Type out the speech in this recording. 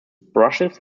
brushes